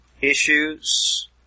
issues